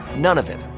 none of it.